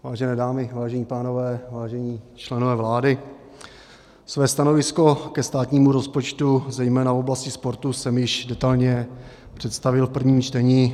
Vážené dámy, vážení pánové, vážení členové vlády, své stanovisko ke státnímu rozpočtu zejména v oblasti sportu jsem již detailně představil v prvním čtení.